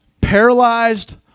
paralyzed